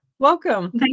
Welcome